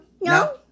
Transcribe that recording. No